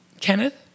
Kenneth